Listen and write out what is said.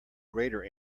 greater